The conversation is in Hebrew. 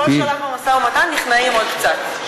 בכל שלב במשא-ומתן נכנעים עוד קצת,